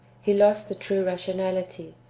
he lost the true rationality,